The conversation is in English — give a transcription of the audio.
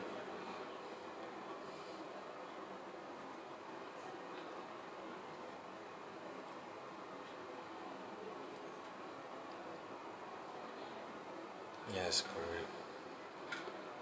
yes correct